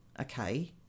Okay